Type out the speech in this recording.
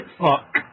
fuck